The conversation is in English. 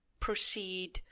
proceed